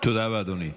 תודה רבה, אדוני.